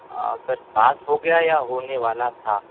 हां sir pass हो गया या होने वाला था